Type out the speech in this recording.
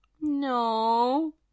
No